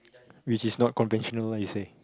which is not conventional like you say